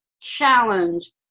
challenge